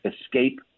escape